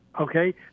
Okay